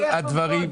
כל הדברים.